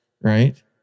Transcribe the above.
Right